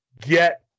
get